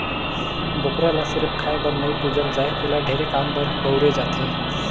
बोकरा ल सिरिफ खाए बर नइ पूजल जाए एला ढेरे काम बर बउरे जाथे